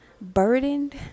burdened